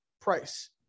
price